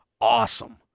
Awesome